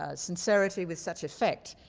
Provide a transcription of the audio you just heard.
ah sincerity, with such effect.